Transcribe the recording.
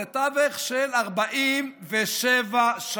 זה תווך של 47 שנים